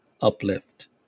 uplift